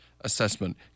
assessment